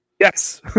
Yes